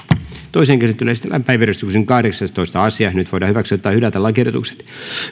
toiseen käsittelyyn esitellään päiväjärjestyksen kahdeksastoista asia nyt voidaan hyväksyä tai hylätä lakiehdotukset